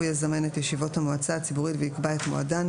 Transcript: הוא יזמן את ישיבות המועצה הציבורית ויקבע את מועדן,